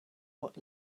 what